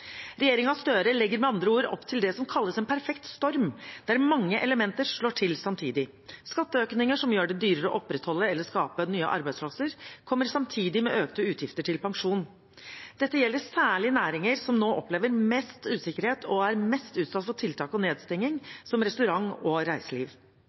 Støre legger med andre ord opp til det som kalles en perfekt storm, der mange elementer slår til samtidig. Skatteøkninger som gjør det dyrere å opprettholde eller skape nye arbeidsplasser, kommer samtidig med økte utgifter til pensjon. Dette gjelder særlig næringer som nå opplever mest usikkerhet og er mest utsatt for tiltak og